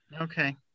Okay